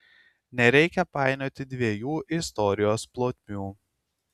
nereikia painioti dviejų istorijos plotmių